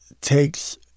takes